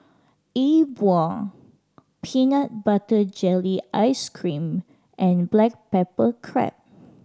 E Bua peanut butter jelly ice cream and black pepper crab